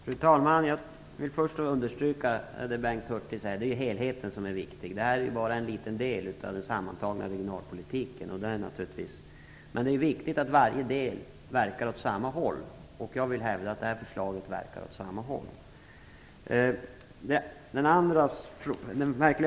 Fru talman! Jag vill först understryka det Bengt Hurtig säger: Det är helheten som är viktig. Det här är ju bara en liten del av den sammantagna regionalpolitiken, men det är viktigt att varje del verkar åt samma håll. Jag vill hävda att detta förslag verkar åt samma håll som våra andra förslag.